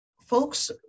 Folks